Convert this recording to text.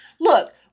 Look